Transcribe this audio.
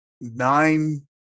nine